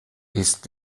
ist